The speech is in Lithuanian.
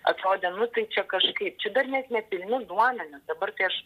atrodė nu tai čia kažkaip čia dar net nepilni duomenys dabar tai aš